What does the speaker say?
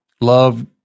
love